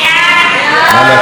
נא להצביע.